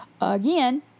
Again